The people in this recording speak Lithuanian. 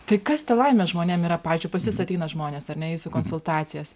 tai kas ta laimė žmonėm yra pavyzdžiui pas jus ateina žmonės ar ne į jūsų konsultacijas